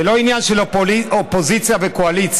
זה לא עניין של אופוזיציה וקואליציה.